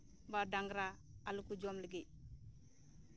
ᱵᱟ ᱰᱟᱝᱨᱟ ᱟᱞᱚ ᱠᱚ ᱡᱚᱢ ᱞᱟᱹᱜᱤᱫ